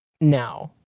now